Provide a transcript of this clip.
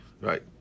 right